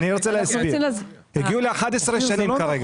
אני רוצה להסביר, הגיעו ל-11 שנים כרגע.